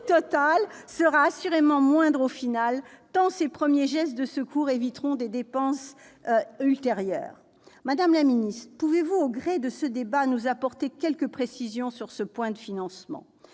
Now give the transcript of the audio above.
total sera assurément moindre au final, tant ces premiers gestes de secours éviteront des dépenses ultérieures. Madame la secrétaire d'État, pouvez-vous, au gré de ce débat, nous apporter quelques précisions sur ce point de financement ?